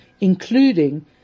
including